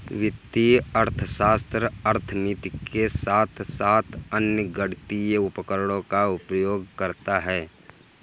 वित्तीय अर्थशास्त्र अर्थमिति के साथ साथ अन्य गणितीय उपकरणों का उपयोग करता है